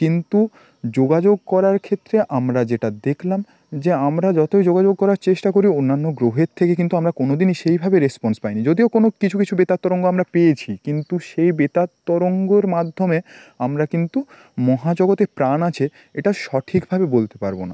কিন্তু যোগাযোগ করার ক্ষেত্রে আমরা যেটা দেখলাম যে আমরা যতই যোগাযোগ করার চেষ্টা করি অন্যান্য গ্রহের থেকে কিন্তু আমরা কোনোদিনই সেইভাবে রেসপন্স পাইনি যদিও কোনো কিছু কিছু বেতার তরঙ্গ আমরা পেয়েছি কিন্তু সেই বেতার তরঙ্গর মাধ্যমে আমরা কিন্তু মহাজগতে প্রাণ আছে এটা সঠিকভাবে বলতে পারব না